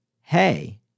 hey